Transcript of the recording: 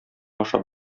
ашап